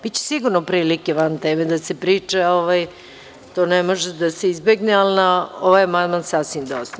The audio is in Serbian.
Biće sigurno prilike van teme da se priča, to ne može da se izbegne, ali na ovaj amandman sasvim dosta.